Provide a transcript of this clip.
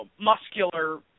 muscular